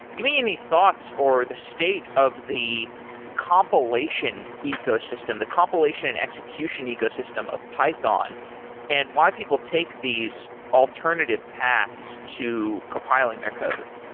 give me any thoughts or the state of the compilation ecosystem, the compilation and execution ecosystem of python and why people take these alternative paths to compiling their code.